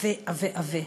אדום עבה, עבה, עבה.